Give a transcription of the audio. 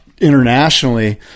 Internationally